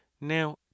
now